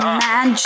man